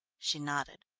she nodded.